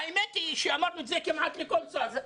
האמת היא שאמרנו את זה כמעט לכול שר.